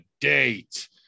date